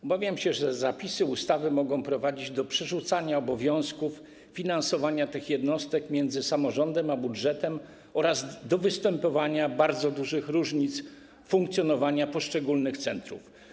Obawiam się, że zapisy ustawy mogą prowadzić do przerzucania obowiązków dotyczących finansowania tych jednostek między samorządem a budżetem oraz do występowania bardzo dużych różnic w zakresie funkcjonowania poszczególnych centrów.